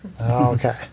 Okay